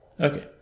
Okay